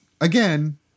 again